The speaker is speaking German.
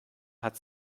hat